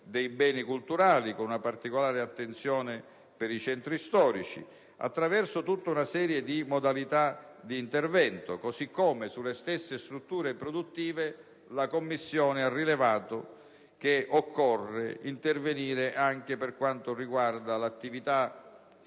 dei beni culturali, con una particolare attenzione per i centri storici, attraverso una serie di modalità di intervento. Sulle strutture produttive, la Commissione ha rilevato che occorre intervenire anche per quanto riguarda l'attività